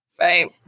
Right